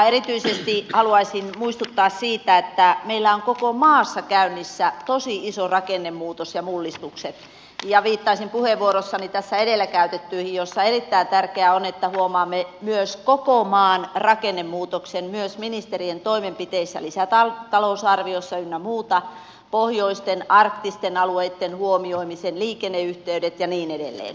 erityisesti haluaisin muistuttaa siitä että meillä on koko maassa käynnissä tosi iso rakennemuutos ja isot mullistukset ja viittaisin puheenvuorossani tässä edellä käytettyihin joissa erittäin tärkeää on että huomaamme koko maan rakennemuutoksen myös ministerien toimenpiteissä lisätalousarviossa ynnä muuta pohjoisten arktisten alueitten huomioimisen liikenneyhteydet ja niin edelleen